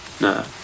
No